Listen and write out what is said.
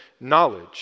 knowledge